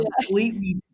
completely